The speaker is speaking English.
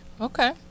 okay